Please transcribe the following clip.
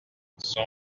son